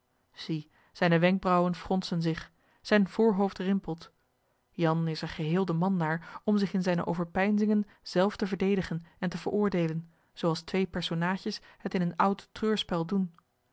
zie zijne wenkbraauwen fronsen zich zijn voorhoofd rimpelt jan is er geheel de man naar om zich in zijne overpeinzingen zelf te verdedigen en te veroordeelen zoo als twee personaadjes het in een oud treurspel doen